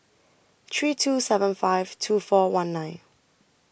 three two seven five two four one nine